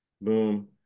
Boom